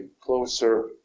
closer